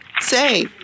Say